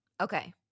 Okay